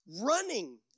running